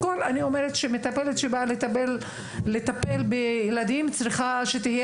אני אומרת שמטפלת שבאה לטפל בילדים צריך שתהיה